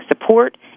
support